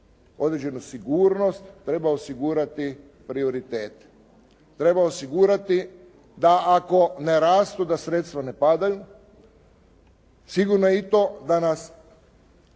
određenu sigurnost treba osigurati prioritete, treba osigurati da ako ne rastu da sredstva ne padaju. Sigurno je i to da nas čekaju